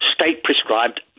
state-prescribed